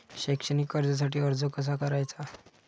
शैक्षणिक कर्जासाठी अर्ज कसा करायचा?